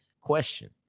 Question